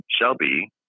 Shelby